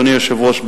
אדוני היושב-ראש,